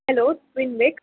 hello स्विनबेक्स